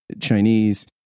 Chinese